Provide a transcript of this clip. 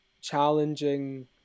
challenging